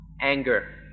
anger